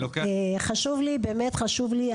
חשוב לי באמת חשוב לי,